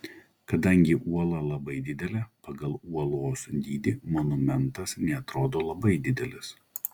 kadangi uola labai didelė pagal uolos dydį monumentas neatrodo labai didelis